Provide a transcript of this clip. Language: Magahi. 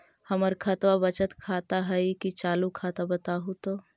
हमर खतबा बचत खाता हइ कि चालु खाता, बताहु तो?